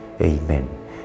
Amen